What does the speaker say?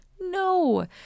No